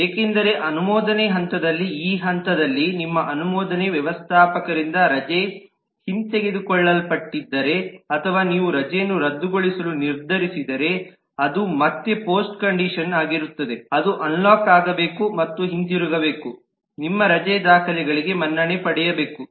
ಏಕೆಂದರೆ ಅನುಮೋದನೆ ಹಂತದಲ್ಲಿ ಈ ಹಂತದಲ್ಲಿ ನಿಮ್ಮ ಅನುಮೋದನೆ ವ್ಯವಸ್ಥಾಪಕರಿಂದ ರಜೆ ಹಿಂತೆಗೆದುಕೊಳ್ಳಲ್ಪಟ್ಟಿದ್ದರೆ ಅಥವಾ ನೀವು ರಜೆಯನ್ನು ರದ್ದುಗೊಳಿಸಲು ನಿರ್ಧರಿಸಿದರೆ ಅದು ಮತ್ತೆ ಪೋಸ್ಟ್ ಕಂಡೀಶನ್ ಆಗಿರುತ್ತದೆ ಅದು ಅನ್ಲಾಕ್ ಆಗಬೇಕು ಮತ್ತು ಹಿಂತಿರುಗಬೇಕು ನಿಮ್ಮ ರಜೆ ದಾಖಲೆಗಳಿಗೆ ಮನ್ನಣೆ ಪಡೆಯಬೇಕು